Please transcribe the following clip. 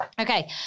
Okay